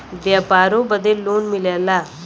व्यापारों बदे लोन मिलला